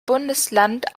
bundesland